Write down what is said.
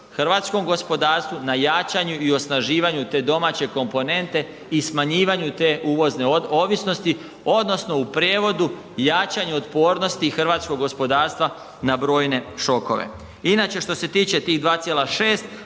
hrvatskom gospodarstvu na jačanju i osnaživanju te domaće komponente i smanjivanju te uvozne ovisnosti odnosno u prijevodu jačanju otpornosti hrvatskog gospodarstva na brojne šokove. Inače što se tiče 2,6